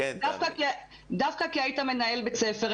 דווקא כי היית מנהל בית ספר.